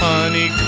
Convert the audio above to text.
Honey